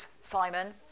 Simon